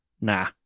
Nah